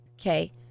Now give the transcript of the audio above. Okay